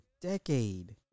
decade